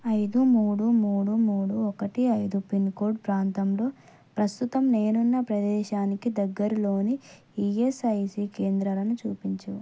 ఐదు మూడు మూడు మూడు ఒకటి ఐదు పిన్కోడ్ ప్రాంతంలో ప్రస్తుతం నేనున్న ప్రదేశానికి దగ్గరలోని ఈఎస్ఐసీ కేంద్రాలను చూపించు